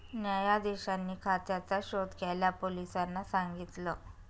न्यायाधीशांनी खात्याचा शोध घ्यायला पोलिसांना सांगितल